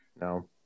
No